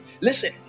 listen